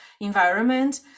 environment